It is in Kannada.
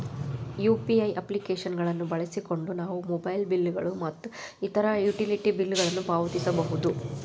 ಯು.ಪಿ.ಐ ಅಪ್ಲಿಕೇಶನ್ ಗಳನ್ನು ಬಳಸಿಕೊಂಡು ನಾವು ಮೊಬೈಲ್ ಬಿಲ್ ಗಳು ಮತ್ತು ಇತರ ಯುಟಿಲಿಟಿ ಬಿಲ್ ಗಳನ್ನು ಪಾವತಿಸಬಹುದು